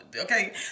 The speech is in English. Okay